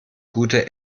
gute